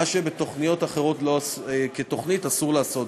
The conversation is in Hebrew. מה שבתוכניות אחרות, כתוכנית, אסור לעשות.